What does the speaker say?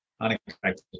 unexpected